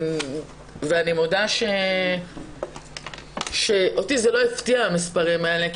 ואני מודה שאותי זה לא הפתיעו המספרים האלה.